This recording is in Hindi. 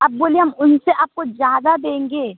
आप बोलिए हम उनसे आपको ज़्यादा देंगे